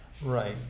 Right